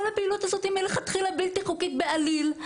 כל הפעילות הזאת היא מלכתחילה בלתי חוקית בעליל.